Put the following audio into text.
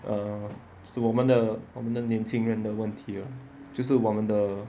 err 我们的我们的年轻人的问题咯就是我们的